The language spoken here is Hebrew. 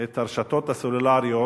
את הרשתות הסלולריות,